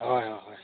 ꯍꯣꯏ ꯍꯣꯏ ꯍꯣꯏ